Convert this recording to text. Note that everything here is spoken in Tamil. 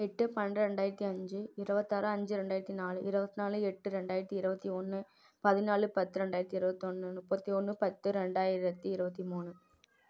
எட்டு பன்னெண்டு ரெண்டாயிரத்தி அஞ்சு இருபத்தி ஆறு அஞ்சு ரெண்டாயிரத்தி நாலு இருபத்தி நாலு எட்டு ரெண்டாயிரத்தி இருபத்தி ஒன்று பதினாலு பத்து ரெண்டாயிரத்தி இருபத்து ஒன்று முப்பத்தி ஒன்று பத்து ரெண்டாயிரத்தி இருபத்தி மூணு